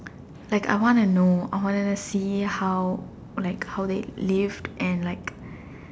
like I wanna know I wanna see how like they lived and like